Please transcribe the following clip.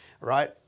right